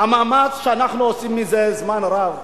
המאמץ שאנחנו עושים מזה זמן רב,